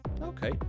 okay